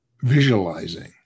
visualizing